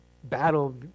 battle